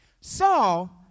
Saul